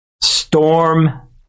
storm